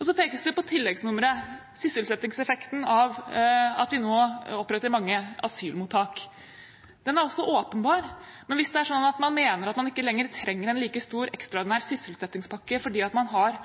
Så pekes det på tilleggsnummeret – sysselsettingseffekten av at vi nå oppretter mange asylmottak. Den er også åpenbar. Men hvis det er sånn at man mener at man ikke lenger trenger en like stor ekstraordinær sysselsettingspakke fordi man har